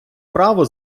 право